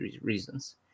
reasons